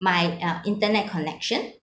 my uh internet connection